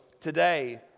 today